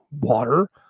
water